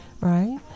right